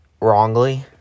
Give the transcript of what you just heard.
wrongly